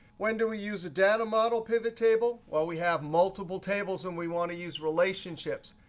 when do we use a data model pivottable? well, we have multiple tables and we want to use relationships.